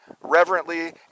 reverently